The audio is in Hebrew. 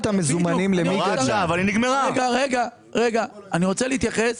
אני רוצה להתייחס